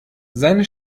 seine